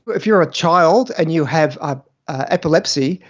if you're a child and you have ah ah epilepsy,